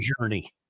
journey